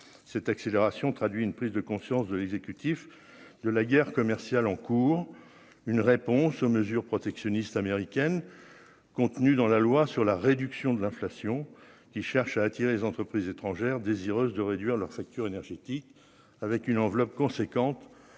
cette accélération traduit une prise de conscience de l'exécutif de la guerre commerciale en cours, une réponse aux mesures protectionnistes américaines contenues dans la loi sur la réduction de l'inflation, qui cherche à attirer les entreprises étrangères désireuses de réduire leur facture énergétique avec une enveloppe conséquente